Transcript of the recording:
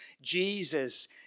Jesus